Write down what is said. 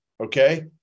okay